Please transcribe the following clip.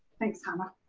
thanks, hannah.